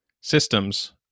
Systems